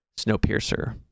Snowpiercer